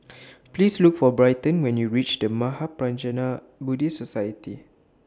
Please Look For Bryton when YOU REACH The Mahaprajna Buddhist Society